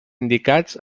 indicats